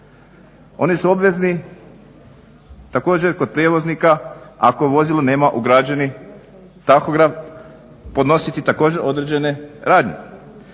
Oni su obvezni također kod prijevoznika ako u vozilu nema ugrađeni tahograf podnositi određene radnje.